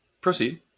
proceed